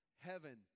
Heaven